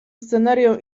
scenerią